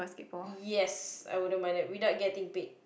yes I wouldn't mind that without getting paid